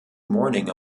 morning